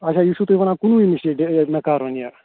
اچھا یہِ چھُو تُہۍ ونان کُنوُہِمہِ چھِ یہِ مےٚ کرُن یہِ